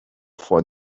for